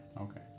Okay